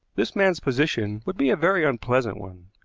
this man's position would be a very unpleasant one.